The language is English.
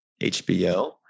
HBO